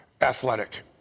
athletic